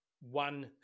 one